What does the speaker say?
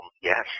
Yes